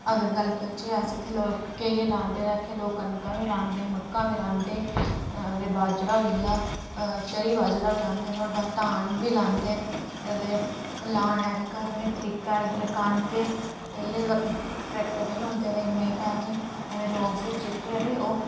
अगर गल्ल करचै अस इत्थै लोक केह् केह् लांदे इत्थै लोक कनकां बी लांदे मक्कां बी राह्ंदे बाजरा होई आ चरी बाजरां बी रांह्दे न नुआढ़े बाद धान बी लांदे न अदे लाने दा जेह्का तरीका जि'यां मक्कां कनक पैह्लें तां ट्रैक्टर नेईंं होंदे इन्ने केह् आखदे जेह्का ऐ ते ओह्